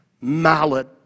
mallet